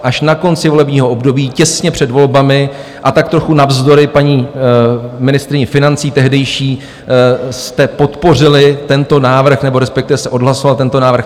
Až na konci volebního období těsně před volbami a tak trochu navzdory paní ministryni financí tehdejší jste podpořili tento návrh, nebo respektive se odhlasoval tento návrh.